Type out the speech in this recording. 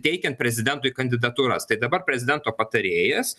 teikiant prezidentui kandidatūras tai dabar prezidento patarėjas